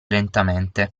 lentamente